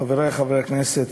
חברי חברי הכנסת,